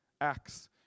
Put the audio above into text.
acts